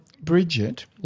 Bridget